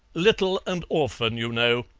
little and often, you know,